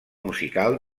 musical